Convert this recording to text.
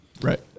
Right